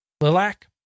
Lilac